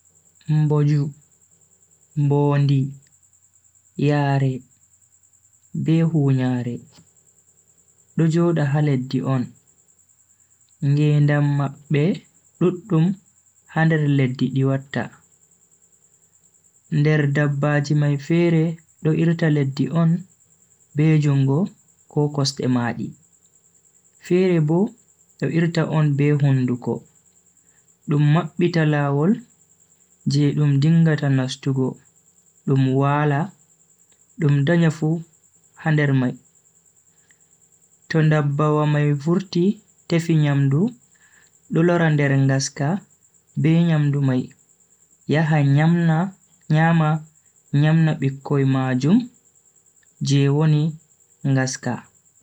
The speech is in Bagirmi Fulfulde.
Mboju, mbondi, yaare, be hunyaare do joda leddi on, ngedam mabbe duddum ha nder leddi di watta. nder dabbaji mai fere do irta leddi on be jungo ko kosde maadi, fere bo do irta on be hunduko, dum mabbita lawol je dum dingata nastugo dum waala dum danya fu ha nder mai. to ndabbawa mai vurti tefi nyamdu do lora nder ngaska be nyamdu mai yaha nyama nyamna bikkoi ma jum je woni ngaska.